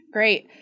Great